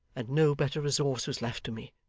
and no better resource was left me.